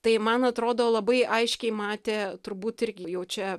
tai man atrodo labai aiškiai matė turbūt irgi jau čia